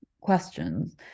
questions